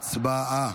הצבעה.